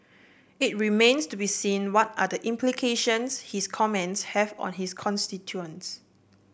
it remains to be seen what are the implications his comments have on his constituents